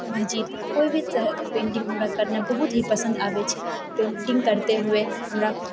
मस्जिद कोइ भी तरहके पेन्टिंग हमरा करनाइ बहुत ही पसन्द आबै छै पेन्टिंग करते हुए हमरा